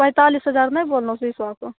पैंतालीस हजारमे नहि बोललौ सिसोके